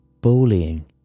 bullying